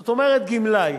זאת אומרת, גמלאי